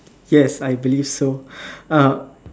yes I believe so uh